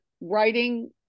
Writing